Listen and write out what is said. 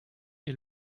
est